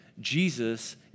jesus